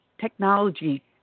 technology